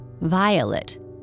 Violet